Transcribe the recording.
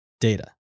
data